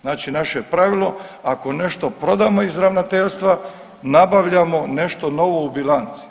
Znači naše je pravilo ako nešto prodamo iz ravnateljstva, nabavljamo nešto novo u bilanci.